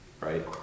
right